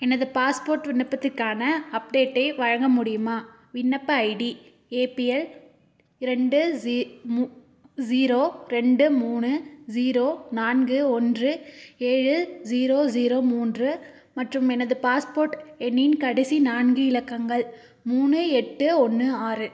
எனது பாஸ்போர்ட் விண்ணப்பத்திற்கான அப்டேட்டை வழங்க முடியுமா விண்ணப்ப ஐடி ஏபிஎல் இரண்டு ஸீ மூ ஸீரோ ரெண்டு மூணு ஸீரோ நான்கு ஒன்று ஏழு ஸீரோ ஸீரோ மூன்று மற்றும் எனது பாஸ்போர்ட் எண்ணின் கடைசி நான்கு இலக்கங்கள் மூணு எட்டு ஒன்று ஆறு